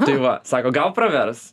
tai va sako gal pravers